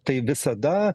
tai visada